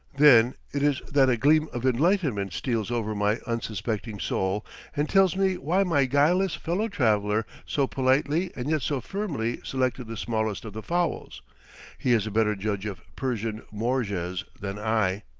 then it is that a gleam of enlightenment steals over my unsuspecting soul and tells me why my guileless fellow-traveller so politely and yet so firmly selected the smallest of the fowls he is a better judge of persian morges than i.